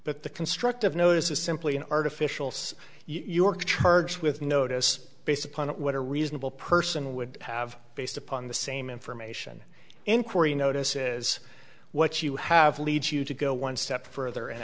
but the constructive notice is simply an artificial so your charge with notice based upon what a reasonable person would have based upon the same information inquiry notices what you have leads you to go one step further and